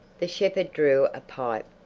the shepherd drew a pipe,